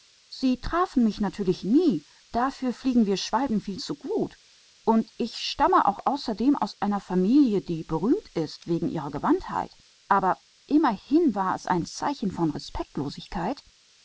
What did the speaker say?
sie mich natürlich nie denn wir schwalben fliegen dafür viel zu gut und ich stamme zudem aus einer familie die wegen ihrer behendigkeit berühmt ist aber es war doch immerhin ein zeichen von respektlosigkeit